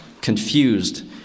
confused